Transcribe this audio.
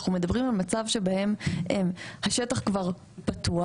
אנחנו מדברים על מצב שבו השטח כבר פתוח,